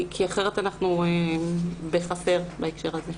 אחרת אנחנו בחסר בהקשר הזה.